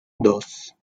dos